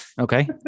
Okay